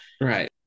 Right